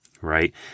right